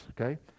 Okay